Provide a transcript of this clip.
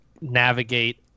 navigate